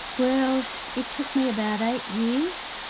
well it took me about eight years,